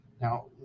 Now